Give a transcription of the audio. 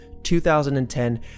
2010